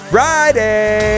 Friday